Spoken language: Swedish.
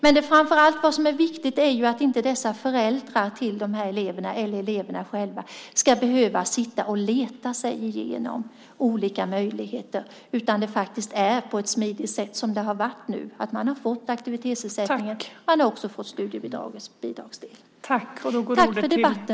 Vad som framför allt är viktigt är att inte föräldrarna till eleverna eller eleverna själva ska behöva leta sig fram till någon möjlighet. Det måste fungera smidigt som förut. Då har man fått aktivitetsersättning, och man har också fått studiemedlens bidragsdel. Tack för debatten!